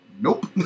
Nope